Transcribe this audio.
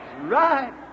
right